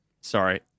Sorry